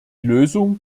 lösung